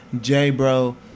J-Bro